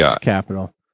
capital